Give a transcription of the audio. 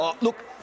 Look